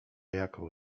jaką